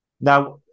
now